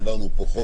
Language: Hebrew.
המשרד עצמו?